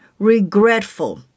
Regretful